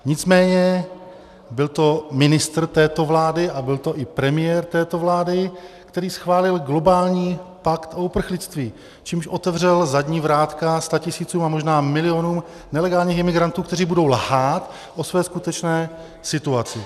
Nicméně byl to ministr této vlády a byl to i premiér této vlády, který schválil globální pakt o uprchlictví, čímž otevřel zadní vrátka statisícům a možná milionům nelegálních imigrantů, kteří budou lhát o své skutečné situaci.